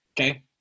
okay